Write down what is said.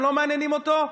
הם לא מעניינים אותו?